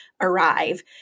arrive